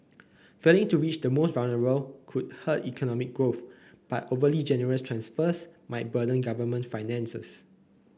failing to reach the most vulnerable could hurt economic growth but overly generous transfers might burden government finances